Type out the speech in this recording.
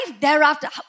thereafter